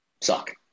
suck